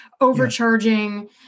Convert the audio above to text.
overcharging